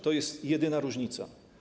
To jest jedyna różnica.